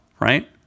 right